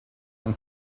and